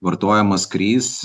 vartojimas kris